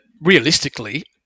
realistically